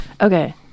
Okay